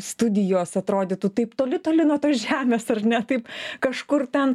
studijos atrodytų taip toli toli nuo tos žemės ar ne taip kažkur ten